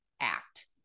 act